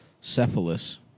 Cephalus